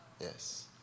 Yes